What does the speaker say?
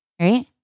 right